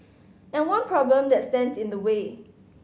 and one problem that stands in the way